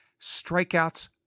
strikeouts